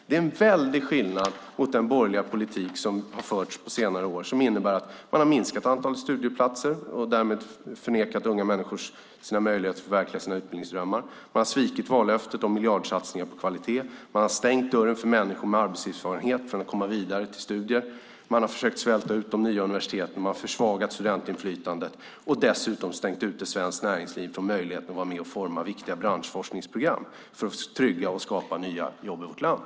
Det är en väldig skillnad mot den borgerliga politik som har förts på senare år, som innebär att man har minskat antalet studieplatser och därmed förnekat unga människor deras möjligheter att förverkliga sina utbildningsdrömmar. Man har svikit vallöftet om miljardsatsningar på kvalitet. Man har stängt dörren för människor med arbetslivserfarenhet att komma vidare till studier. Man har försökt svälta ut de nya universiteten. Man har försvagat studentinflytandet. Dessutom har man stängt ute svenskt näringsliv från möjligheten att vara med och forma viktiga branschforskningsprogram för att trygga och skapa nya jobb i vårt land.